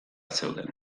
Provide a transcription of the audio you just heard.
zeuden